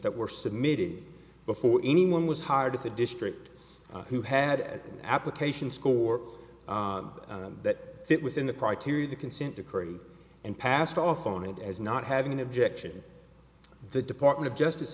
that were submitted before anyone was hired as a district who had an application score that fit within the criteria the consent decree and passed off on it as not having an objection the department of justice